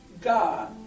God